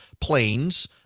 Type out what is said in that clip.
planes